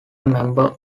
member